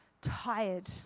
tired